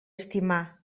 estimar